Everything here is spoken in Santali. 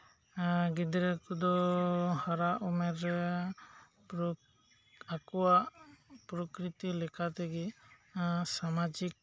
ᱜᱤᱫᱽᱨᱟᱹ ᱠᱚᱫᱚ ᱦᱟᱨᱟᱜ ᱩᱢᱮᱨ ᱨᱮ ᱟᱠᱚᱣᱟᱜ ᱯᱨᱚᱠᱨᱤᱛᱤ ᱞᱮᱠᱟᱛᱮᱜᱮ ᱦᱮᱸ ᱥᱟᱢᱟᱡᱤᱠ